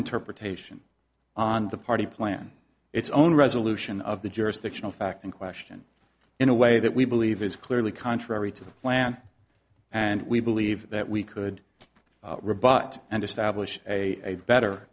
interpretation on the party plan its own resolution of the jurisdictional fact in question in a way that we believe is clearly contrary to the plan and we believe that we could rebut and establish a better